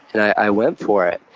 and i went for it.